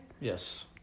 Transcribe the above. yes